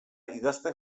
idazten